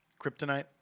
Kryptonite